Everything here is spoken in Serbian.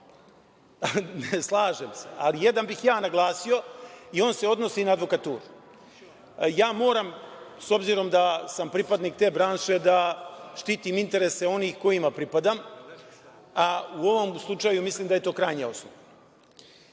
Mnogo.)Slažem se, ali jedan bih ja naglasio i on se odnosi na advokaturu. Moram s obzirom da sam pripadnik te branše da štitim interese onih kojima pripadam, a u ovom slučaju mislim da je to krajnji osnov.